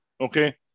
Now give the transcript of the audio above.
okay